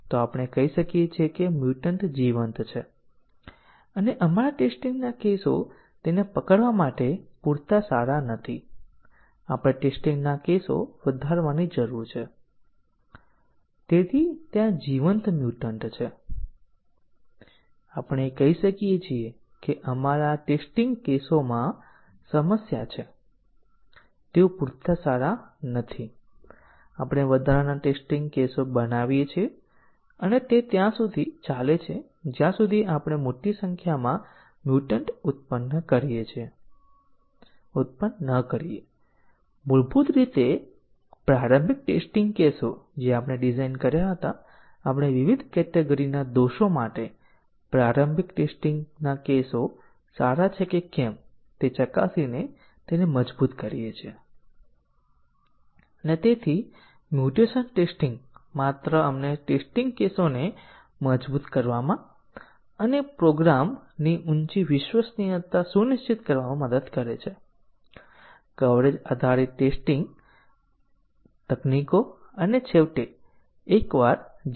જ્યારે composite condition અથવા decision ના સ્ટેટમેન્ટમાં એટોમિક ની કન્ડીશન અથવા કોમ્પોનન્ટ ની કન્ડીશનની સંખ્યા મોટી હોય ખાસ કરીને આપણે કહ્યું કે જો દસ કોમ્પોનન્ટ શરતો હોય તો આપણી પાસે મલ્ટીપલ કન્ડીશન કવરેજ માટે 210 ટેસ્ટીંગ કેસો હશે અને જો 20 અથવા 30 એટોમિક હશે શરતી અભિવ્યક્તિઓમાં શરતો પછી આપણી પાસે મોટી સંખ્યામાં ટેસ્ટીંગ કેસો હશે મલ્ટીપલ કન્ડીશન કવરેજ હાંસલ કરવા માટે લાખો અને અબજો ટેસ્ટીંગ કેસોની જરૂર પડશે અને મલ્ટીપલ કન્ડીશન કવરેજને ખરેખર પ્રાયોગિક ટેસ્ટીંગ ટેકનીકો માનવામાં આવતી નથી અને સામાન્ય રીતે કોઈ નહીં મલ્ટીપલ શરત કવરેજ હાંસલ કરવા માટે એક કાર્યક્રમનું ટેસ્ટીંગ થવું જોઈએ એવો આગ્રહ રાખે છે પરંતુ સામાન્ય રીતે વ્યવહારિક રીતે મહત્વનું શું છે કવરેજ ટેકનીકો MCDC કવરેજ અને પાથ કવરેજ છે